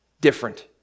different